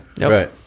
Right